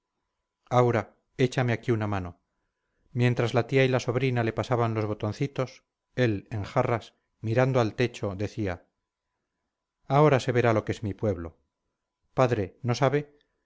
aura échame aquí una mano mientras la tía y la sobrina le pasaban los botoncitos él en jarras mirando al techo decía ahora se verá lo que es mi pueblo padre no sabe